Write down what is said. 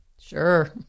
sure